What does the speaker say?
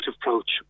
approach